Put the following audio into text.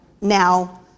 now